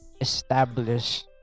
establish